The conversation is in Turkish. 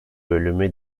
bölümü